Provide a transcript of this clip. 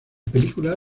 película